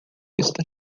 está